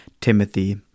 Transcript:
Timothy